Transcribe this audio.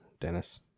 Dennis